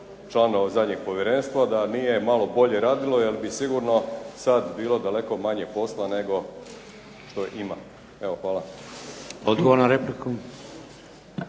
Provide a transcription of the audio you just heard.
članova zadnjeg povjerenstva da nije malo bolje radilo jer bi sigurno sad bilo daleko manje posla nego što ima. Evo hvala. **Šeks,